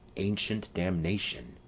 ancient damnation!